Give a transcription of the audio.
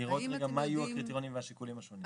לראות רגע מה יהיו הקריטריונים והשיקולים השונים.